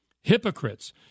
hypocrites